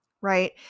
Right